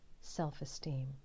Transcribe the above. self-esteem